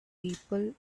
people